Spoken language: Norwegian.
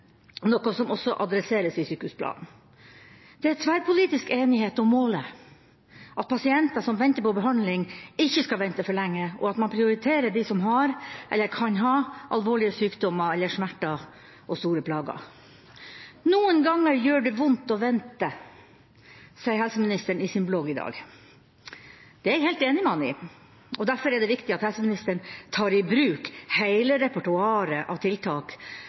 noe som også adresseres i sykehusplanen. Det er tverrpolitisk enighet om målet: at pasienter som venter på behandling, ikke skal vente for lenge, og at man prioriterer de som har, eller kan ha, alvorlige sykdommer eller smerter og store plager. «Noen ganger gjør det veldig vondt å vente», sier helseministeren i sin blogg i dag. Det er jeg helt enig med ham i, og derfor er det viktig at helseministeren tar i bruk hele repertoaret av tiltak